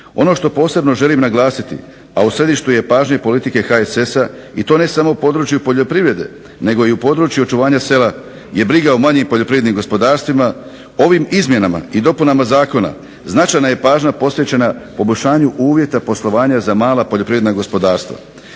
Ono što posebno želim naglasiti a u središtu je pažnje politike HSS-a, i to ne samo u području poljoprivrede, nego i u području očuvanja sela je briga o manjim poljoprivrednim gospodarstvima, ovim izmjenama i dopunama zakona značajna je pažnja posvećena poboljšanju uvjeta poslovanja za mala poljoprivredna gospodarstva.